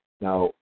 Now